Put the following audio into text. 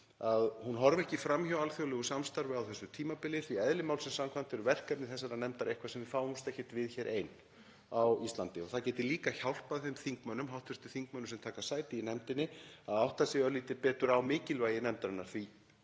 að hún horfi ekki fram hjá alþjóðlegu samstarfi á þessu tímabili. Eðli málsins samkvæmt eru verkefni þessarar nefndar eitthvað sem við fáumst ekki við ein hér á Íslandi og það gæti líka hjálpað þeim hv. þingmönnum sem taka sæti í nefndinni að átta sig örlítið betur á mikilvægi nefndarinnar, því